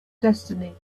destiny